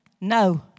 no